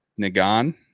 Nagan